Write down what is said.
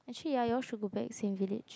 actually ah you all should go back same village